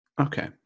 Okay